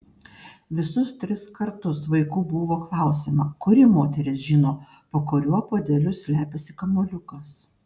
visus tris kartus vaikų buvo klausiama kuri moteris žino po kuriuo puodeliu slepiasi kamuoliukas